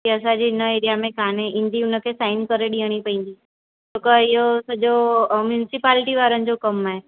के असांजे हिन एरिआ में कान ईंदी हुनखे साइन करे ॾियणी पवंदी छोके इहो सॼो म्युन्सिपाल्टी वारनि जो कमु आहे